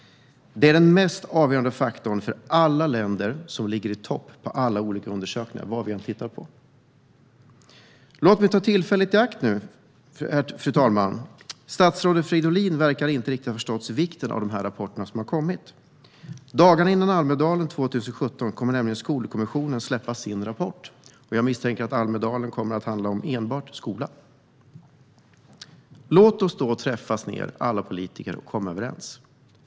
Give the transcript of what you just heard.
Det är den mest avgörande faktorn för alla länder som ligger i topp i alla undersökningar. Statsrådet Fridolin verkar inte ha förstått vikten av de rapporter som kommer. Dagarna före Almedalen 2017 kommer Skolkommissionen att släppa sin rapport, och jag misstänker att Almedalen kommer att handla om enbart skolan. Låt alla oss politiker träffas och komma överens.